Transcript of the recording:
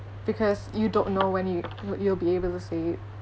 because you don't know when you when you'll be able to say